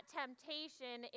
temptation